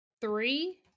three